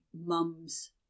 mum's